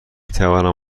توانم